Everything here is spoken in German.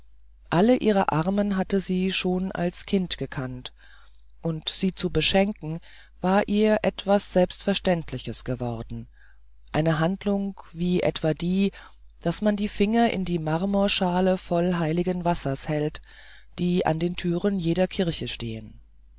alle ihre armen hatte sie schon als kind gekannt und sie zu beschenken war ihr etwas selbstverständliches geworden eine handlung wie etwa die daß man die finger in die marmorschalen voll heiligen wassers hält die an den türen jeder kirche stehen